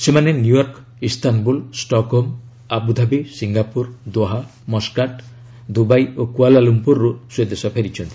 ସେମାନେ New York Istanbul Stockholm Abu Dhabi Singapore Doha Muscat Dubai ଓ କୁଆଲାଲୁମ୍ପୁରରୁ ସ୍ୱଦେଶ ଫେରିଛନ୍ତି